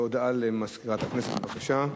הודעה למזכירת הכנסת, בבקשה.